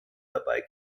dabei